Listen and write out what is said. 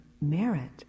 merit